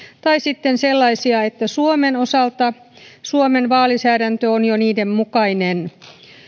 tai sitten sellaisia että suomen osalta vaalilainsäädäntö on jo niiden mukainen